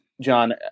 John